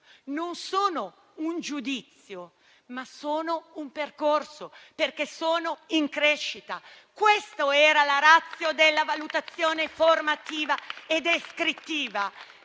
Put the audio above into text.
non sono un giudizio, ma sono un percorso, perché sono in crescita. Questo era la *ratio* della valutazione formativa e descrittiva.